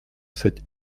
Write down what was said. cette